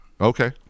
Okay